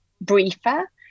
briefer